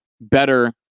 better